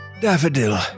Daffodil